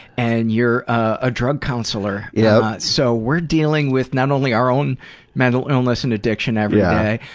and you're a drug counselor, yeah so we're dealing with not only our own mental illness and addiction every day,